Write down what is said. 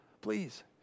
please